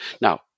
Now